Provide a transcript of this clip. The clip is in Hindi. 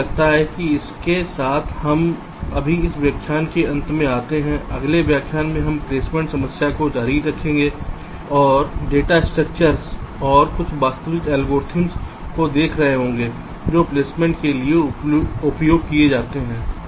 तो मुझे लगता है कि इसके साथ हम अभी इस व्याख्यान के अंत में आते हैं अगले व्याख्यान में हम प्लेसमेंट समस्या के साथ जारी रहेंगे हम कुछ डेटा संरचनाओं और कुछ वास्तविक एल्गोरिदम को देख रहे होंगे जो प्लेसमेंट के लिए उपयोग किया जाता है